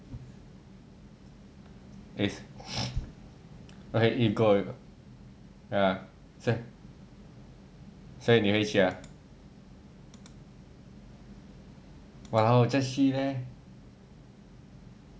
okay if go 所所以你会去 ah !walao! 去 leh